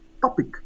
topic